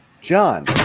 John